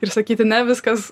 ir sakyti ne viskas